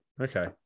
okay